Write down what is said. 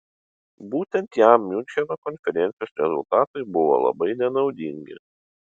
būtent jam miuncheno konferencijos rezultatai buvo labai nenaudingi